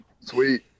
sweet